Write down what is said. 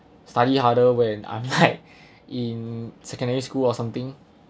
study harder when I'm like in secondary school or something